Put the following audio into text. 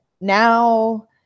now